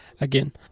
Again